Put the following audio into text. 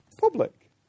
...public